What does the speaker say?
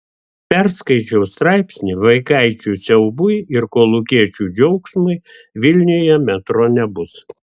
perskaičiau straipsnį vaikaičių siaubui ir kolūkiečių džiaugsmui vilniuje metro nebus